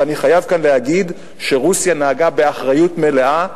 ואני חייב כאן להגיד שרוסיה נהגה באחריות מלאה,